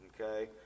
okay